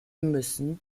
müssen